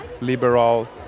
liberal